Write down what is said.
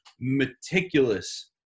meticulous